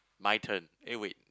my turn eh wait